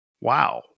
wow